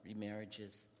remarriages